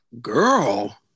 Girl